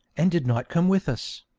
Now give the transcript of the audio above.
and did not come with us.